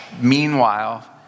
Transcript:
Meanwhile